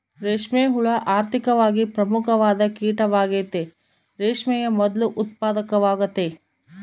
ರೇಷ್ಮೆ ಹುಳ ಆರ್ಥಿಕವಾಗಿ ಪ್ರಮುಖವಾದ ಕೀಟವಾಗೆತೆ, ರೇಷ್ಮೆಯ ಮೊದ್ಲು ಉತ್ಪಾದಕವಾಗೆತೆ